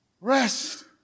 Rest